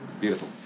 Beautiful